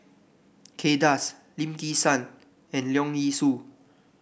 Kay Das Lim Kim San and Leong Yee Soo